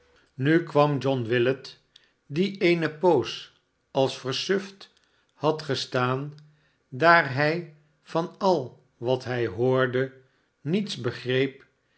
nu kwam john willet die eene poos als versuft had gestaan daar hij van al wat hij hoorde niets begreep